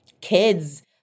kids